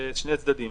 יש שני צדדים.